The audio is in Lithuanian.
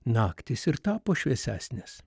naktys ir tapo šviesesnės